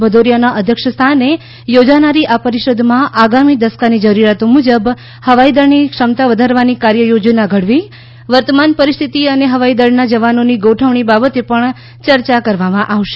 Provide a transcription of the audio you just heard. ભદૌરીયાના અધ્યક્ષસ્થાને યોજાનારી આ પરિષદમાં આગામી દસકાની જરૂરિયાતો મુજબ હવાઈદળની ક્ષમતા વધારવાની કાર્યયોજના ઘડવી વર્તમાન પરિસ્થિતિ અને હવાઈદળના જવાનોની ગોઠવણી બાબતે પણ ચર્ચા થશે